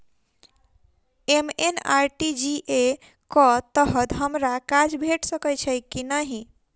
MNREGA कऽ तहत हमरा काज भेट सकय छई की नहि?